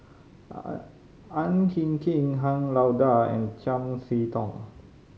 Ang Hin Kee Han Lao Da and Chiam See Tong